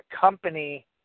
company